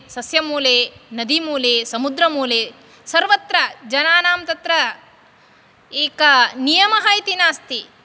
सस्यमूले नदीमूले समुद्रमूले सर्वत्र जनानां तत्र एकः नियमः इति नास्ति